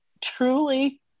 truly